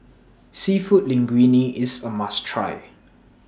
Seafood Linguine IS A must Try